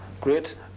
great